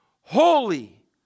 holy